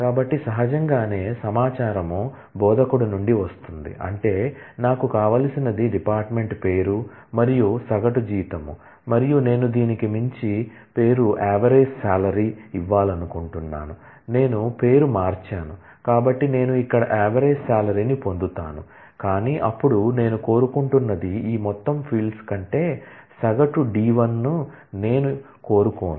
కాబట్టి సహజంగానే సమాచారం బోధకుడి నుండి వస్తుంది అంటే నాకు కావలసినది డిపార్ట్మెంట్ పేరు మరియు సగటు జీతం మరియు నేను దీనికి మంచి పేరు ఏవరేజ్ శాలరీ ని పొందుతాను కాని అప్పుడు నేను కోరుకుంటున్నది ఈ మొత్తం ఫీల్డ్స్ కంటే సగటు d1 ను నేను కోరుకోను